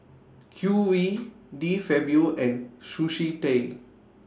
Q V De Fabio and Sushi Tei